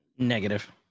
Negative